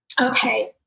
Okay